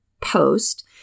post